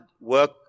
work